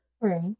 Right